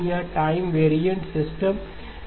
ये time varying system हैं